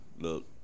look